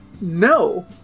No